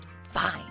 Fine